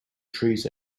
trees